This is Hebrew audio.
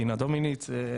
דינה דומיניץ.